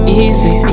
easy